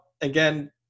Again